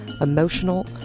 emotional